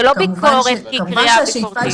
זו לא ביקורת כקריאה ביקורתי.